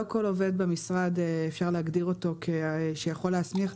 ואי אפשר להגדיר כל עובד במשרד כיכול להסמיך.